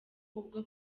ubwo